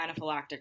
anaphylactic